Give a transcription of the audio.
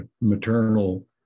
maternal